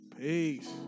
Peace